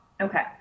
Okay